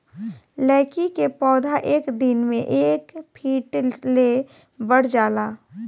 लैकी के पौधा एक दिन मे एक फिट ले बढ़ जाला